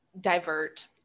divert